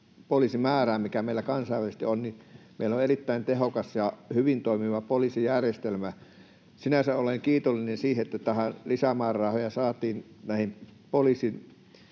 poliisimäärään, mikä meillä kansainvälisesti on, meillä on erittäin tehokas ja hyvin toimiva poliisijärjestelmä. Sinänsä olen kiitollinen siitä, että lisämäärärahoja saatiin poliisien